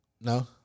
No